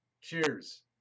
cheers